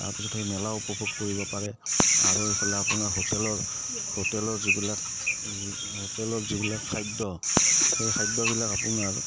তাৰপিছত সেই মেলাও উপভোগ কৰিব পাৰে আৰু এইফালে আপোনাৰ হোটেলৰ হোটেলৰ যিবিলাক হোটেলৰ যিবিলাক খাদ্য সেই খাদ্যবিলাক আপোনাৰ